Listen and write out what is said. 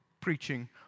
preaching